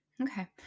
Okay